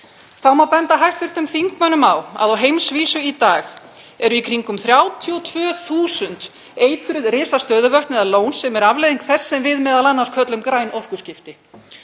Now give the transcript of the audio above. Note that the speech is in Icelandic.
Þá má benda hv. þingmönnum á að á heimsvísu í dag eru í kringum 32.000 eitruð risastöðuvötn eða lón, sem er afleiðing þess sem við m.a. köllum græn orkuskipti.